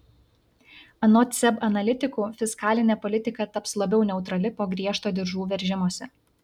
anot seb analitikų fiskalinė politika taps labiau neutrali po griežto diržų veržimosi